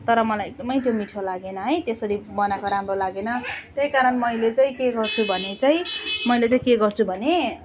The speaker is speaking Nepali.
तर मलाई एकदमै त्यो मिठो लागेन है त्यसरी बनाएको राम्रो लागेन त्यही कारण मैले चाहिँ के गर्छु भने चाहिँ मैले चाहिँ के गर्छु भने